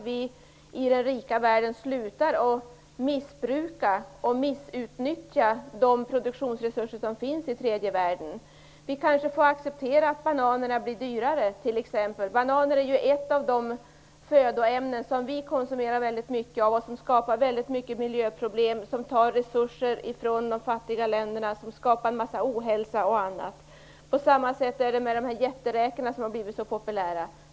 Vi i den rika världen får sluta missbruka och missutnyttja de produktionsresurser som finns i tredje världen. Vi får kanske acceptera t.ex. att bananer blir dyrare. Vi konsumerar väldigt mycket bananer - ett födoämne som skapar många miljöproblem och som tar resurser från de fattiga länderna. Ohälsa skapas osv. På samma sätt förhåller det sig med jätteräkorna, som blivit så populära.